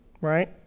right